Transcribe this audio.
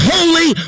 Holy